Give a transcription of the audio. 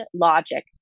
logic